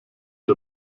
der